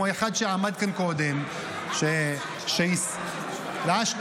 כמו האחד שעמד כאן קודם --- למה שלושה חודשים?